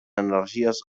energies